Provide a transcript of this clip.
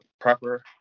proper